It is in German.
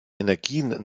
energien